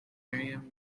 merriam